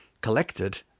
collected